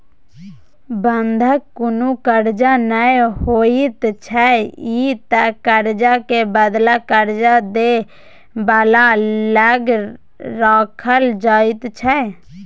बंधक कुनु कर्जा नै होइत छै ई त कर्जा के बदला कर्जा दे बला लग राखल जाइत छै